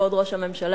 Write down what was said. כבוד ראש הממשלה,